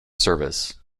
service